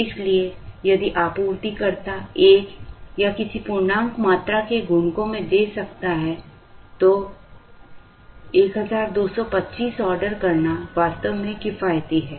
इसलिए यदि आपूर्तिकर्ता 1 या किसी पूर्णांक मात्रा के गुणकों में दे सकता है तो 1225 ऑर्डर करना वास्तव में किफायती है